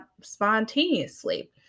spontaneously